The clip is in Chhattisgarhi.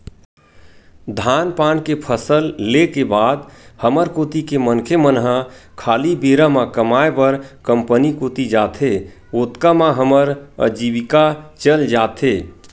धान पान के फसल ले के बाद हमर कोती के मनखे मन ह खाली बेरा म कमाय बर कंपनी कोती जाथे, ओतका म हमर अजीविका चल जाथे